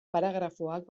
paragrafoak